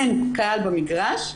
אין קהל במגרש,